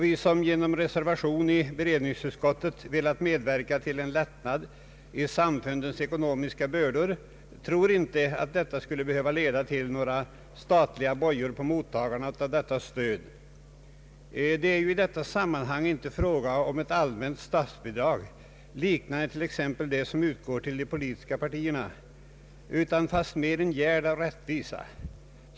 Vi som genom en reservation i beredningsutskottet har velat medverka till en lättnad i samfundens ekonomiska bördor tror inte att det skulle behöva leda till några statliga bojor på mottagarna av detta stöd. Det är ju i detta sammanhang inte fråga om ett allmänt statsbidrag liknande t.ex. det som utgår till de politiska partierna utan fastmer en gärd av rättvisa.